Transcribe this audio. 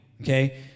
okay